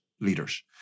leaders